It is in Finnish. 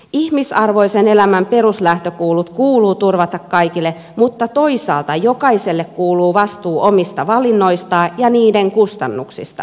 ihmisarvoisen elämän peruslähtökohdat kuuluu turvata kaikille mutta toisaalta jokaiselle kuuluu vastuu omista valinnoista ja niiden kustannuksista